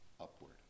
upward